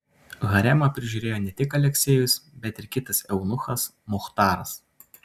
haremą prižiūrėjo ne tik aleksejus bet ir kitas eunuchas muchtaras